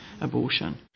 abortion